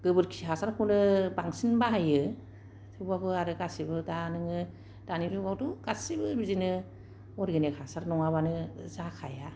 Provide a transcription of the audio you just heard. गोबोरखि हासारखौनो बांसिन बाहायो थेवब्लाबो आरो गासैबो दा नोङो दानि जुगावथ' गासिबो बिदिनो अरगेनिक हासार नङाब्लानो जाखाया